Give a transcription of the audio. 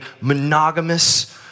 monogamous